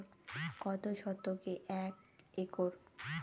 কত শতকে এক একর?